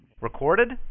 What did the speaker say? recorded